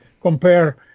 compare